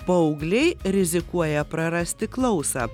paaugliai rizikuoja prarasti klausą